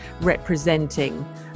representing